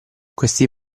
questi